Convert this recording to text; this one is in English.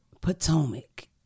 Potomac